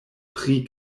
pri